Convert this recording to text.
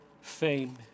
fame